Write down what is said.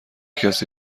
کسی